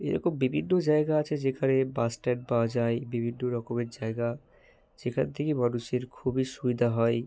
এরকম বিভিন্ন জায়গা আছে যেখানে বাসস্ট্যান্ড পাওয়া যায় বিভিন্ন রকমের জায়গা যেখান থেকে মানুষের খুবই সুবিধা হয়